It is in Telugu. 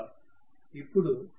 ఇప్పుడు నాకు VfRfRextIfఅవుతుంది